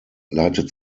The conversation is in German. leitet